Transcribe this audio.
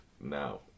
now